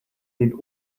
den